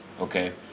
Okay